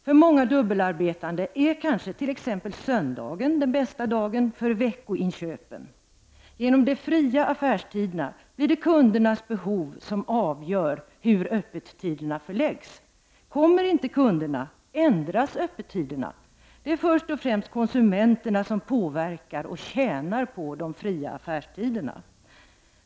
För många dubbelarbetande är kanske t.ex. söndagen den bästa dagen för veckoinköpen. Genom de fria affärstiderna blir det kundernas behov som avgör hur öppettiderna förläggs. Kommer inte kunderna, ändras öppettiderna. Det är först och främst konsumenterna som påverkar och tjänar på de fria affärstiderna.